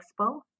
Expo